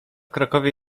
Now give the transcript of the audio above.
krakowie